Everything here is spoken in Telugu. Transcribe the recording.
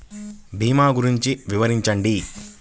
భీమా గురించి వివరించండి?